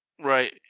Right